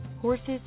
Horses